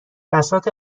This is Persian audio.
بساط